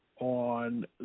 on